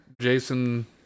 Jason